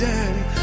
Daddy